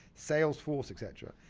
sales force, et cetera,